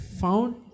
found